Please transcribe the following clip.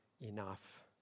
enough